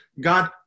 God